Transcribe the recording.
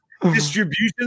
distribution